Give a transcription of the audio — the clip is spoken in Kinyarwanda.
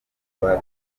kubaka